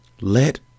Let